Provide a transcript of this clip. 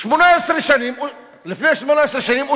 אושר לפני 18 שנים,